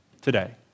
today